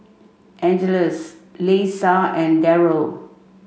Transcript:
Angeles Leisa and Darryl